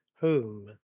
home